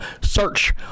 search